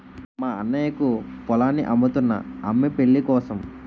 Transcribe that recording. మా అన్నయ్యకు పొలాన్ని అమ్ముతున్నా అమ్మి పెళ్ళికోసం